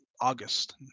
August